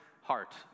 heart